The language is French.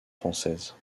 françaises